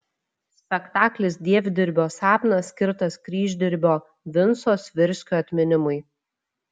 spektaklis dievdirbio sapnas skirtas kryždirbio vinco svirskio atminimui